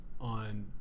on